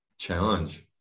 challenge